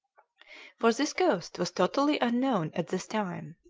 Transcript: for this coast was totally unknown at this time.